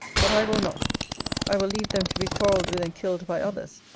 but i will not i will leave them to be quarrelled with and killed by others,